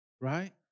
Right